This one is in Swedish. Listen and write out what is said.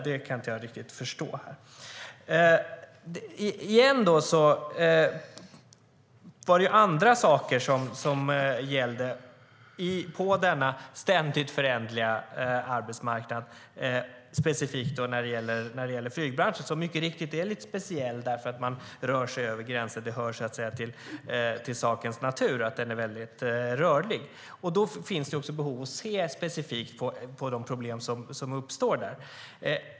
Än en gång handlar det om att det ska vara andra saker som gäller på denna ständigt föränderliga arbetsmarknad och specifikt för flygbranschen. Den är, mycket riktigt, lite speciell eftersom det är fråga om rörelser över gränserna. Det hör till sakens natur att branschen är rörlig. Då finns behov av att se specifikt på de problem som uppstår där.